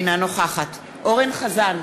אינה נוכחת אורן אסף